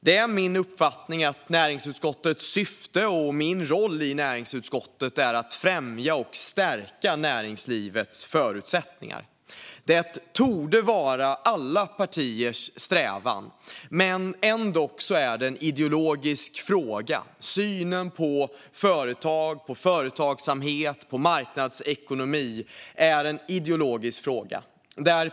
Det är min uppfattning att näringsutskottets syfte och min roll i näringsutskottet är att främja och stärka näringslivets förutsättningar. Det torde vara alla partiers strävan, men ändå är synen på företag, företagsamhet och marknadsekonomi en ideologisk fråga.